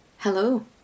Hello